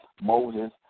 Moses